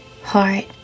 heart